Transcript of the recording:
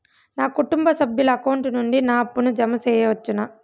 నా కుటుంబ సభ్యుల అకౌంట్ నుండి నా అప్పును జామ సెయవచ్చునా?